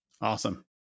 Awesome